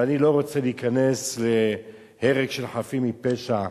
ואני לא רוצה להיכנס להרג של חפים מפשע.